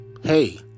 hey